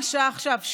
מה השעה עכשיו?